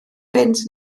fynd